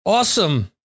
Awesome